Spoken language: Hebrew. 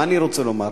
מה אני רוצה לומר?